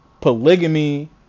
polygamy